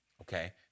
Okay